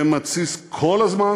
שמתסיס כל הזמן,